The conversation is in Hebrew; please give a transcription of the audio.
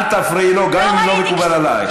אל תפריעי לו, גם אם לא מקובל עלייך.